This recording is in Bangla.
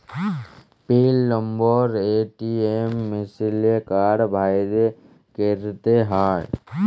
পিল লম্বর এ.টি.এম মিশিলে কাড় ভ্যইরে ক্যইরতে হ্যয়